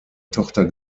tochter